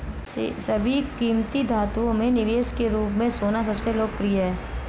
सभी कीमती धातुओं में निवेश के रूप में सोना सबसे लोकप्रिय है